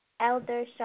Elder